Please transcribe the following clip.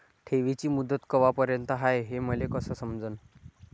ठेवीची मुदत कवापर्यंत हाय हे मले कस समजन?